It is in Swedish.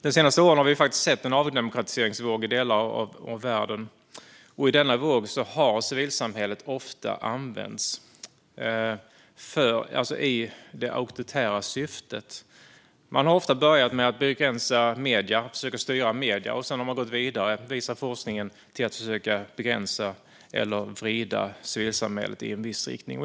De senaste åren har vi faktiskt sett en avdemokratiseringsvåg i delar av världen, och i denna våg har civilsamhället ofta använts i det auktoritära syftet. Man har ofta börjat med att begränsa och styra medierna, och forskningen visar att man sedan har gått vidare till att försöka begränsa eller vrida civilsamhället i en viss riktning.